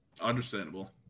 Understandable